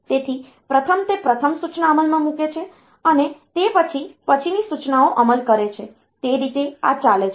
તેથી પ્રથમ તે પ્રથમ સૂચના અમલમાં મૂકે છે અને તે પછી પછીની સૂચનાનો અમલ કરે છે તે રીતે આ ચાલે છે